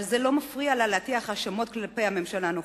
אבל זה לא מפריע לה להטיח האשמות כלפי הממשלה הנוכחית.